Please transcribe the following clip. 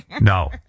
no